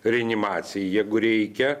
reanimacijoj jeigu reikia